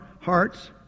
hearts